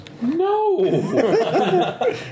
No